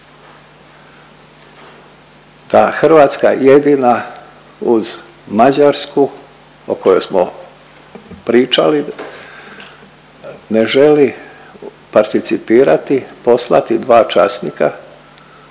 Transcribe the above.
Da Hrvatska jedina uz Mađarsku, o kojoj smo pričali, ne želi participirati poslati dva časnika,